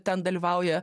ten dalyvauja